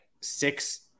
six